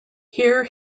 here